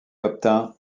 obtint